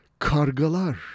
Kargalar